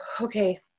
Okay